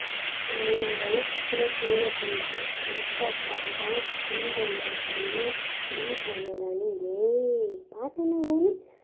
ఆయన వయసు కూడా చూడకుండా ఎంత బాగా స్పీడ్ అయిన కానీ బీటు అయిన కానీ ఏ పాటైనా కానీ